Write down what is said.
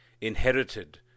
inherited